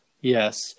Yes